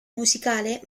musicale